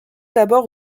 d’abord